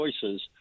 choices